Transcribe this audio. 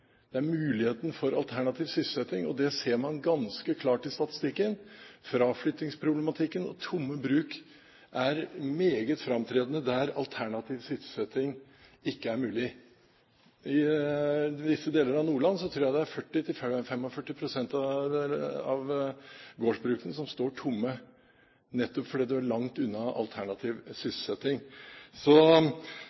ser man ganske klart av statistikken: Fraflyttingsproblematikken og tomme bruk er meget framtredende der alternativ sysselsetting ikke er mulig. I visse deler av Nordland tror jeg 40–45 pst. av gårdsbrukene står tomme, nettopp fordi man er langt unna alternativ